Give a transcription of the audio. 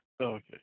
Okay